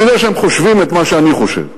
אני יודע שהם חושבים את מה שאני חושב.